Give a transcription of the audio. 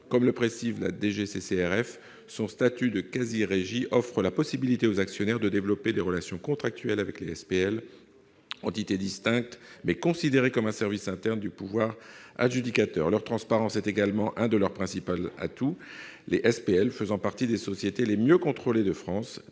et de la répression des fraudes, son statut de quasi-régie offre la possibilité aux actionnaires de développer des relations contractuelles avec les SPL, entités distinctes, mais considérées comme un service interne du pouvoir adjudicateur. Leur transparence est également l'une de leurs principales qualités, les SPL faisant partie des sociétés les mieux contrôlées de France,